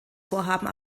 vorhaben